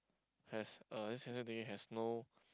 has uh this heng suay thingy has no